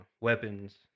weapons